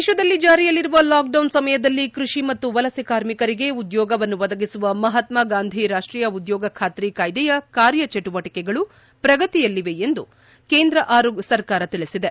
ದೇತದಲ್ಲಿ ಜಾರಿಯಲ್ಲಿರುವ lockdown ಸಮಯದಲ್ಲಿ ಕೃಷಿ ಮತ್ತು ವಲಸೆ ಕಾರ್ಮಿಕರಿಗೆ ಉದ್ಯೋಗವನ್ನು ಒದಗಿಸುವ ಮಹಾತ್ಮ ಗಾಂಧಿ ರಾಷ್ಲೀಯ ಉದ್ಯೋಗ ಖಾತ್ರಿ ಕಾಯ್ದೆಯ ಕಾರ್ಯಚಟುವಟಕೆಗಳು ಶ್ರಗತಿಯಲ್ಲಿವೆ ಎಂದು ಕೇಂದ್ರ ಸರ್ಕಾರ ಹೇಳಿದೆ